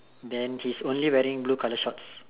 then he's only wearing blue color shorts